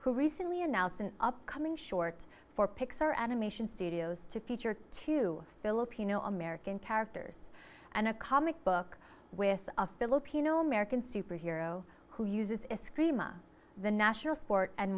who recently announced an upcoming short for pixar animation studios to feature two filipino american characters and a comic book with a filipino american superhero who uses a scream of the national sport and